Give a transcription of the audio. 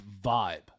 vibe